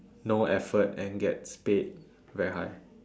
no effort and gets paid very high